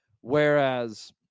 Whereas